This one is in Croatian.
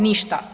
Ništa.